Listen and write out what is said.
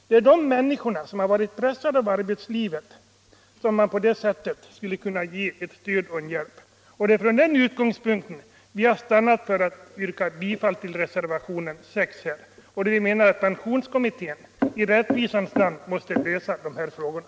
Det är de människor som varit pressade. I av arbetslivet som man på det sättet skulle kunna ge stöd och hjälp. Det — Vissa delpensionsär från denna utgångspunkt vi stannat för att yrka bifall till reservationen — frågor m.m. 6 och vi menar att pensionskommittén i rättvisans namn måste lösa de här frågorna.